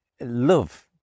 love